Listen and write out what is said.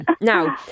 Now